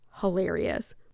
hilarious